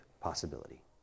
possibility